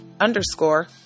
underscore